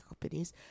companies